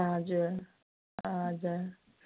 हजुर हजुर